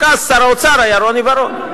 רק אז שר האוצר היה רוני בר-און.